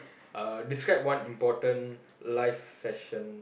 uh describe one important life lesson